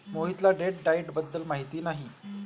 मोहितला date diet बद्दल माहिती नाही